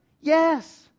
Yes